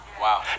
wow